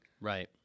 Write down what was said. Right